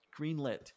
greenlit